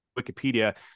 Wikipedia